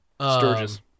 Sturgis